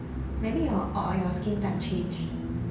maybe your oil or skin type changed